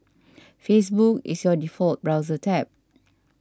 Facebook is your default browser tab